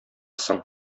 соң